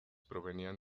provenían